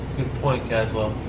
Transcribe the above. good point, caswell.